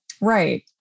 Right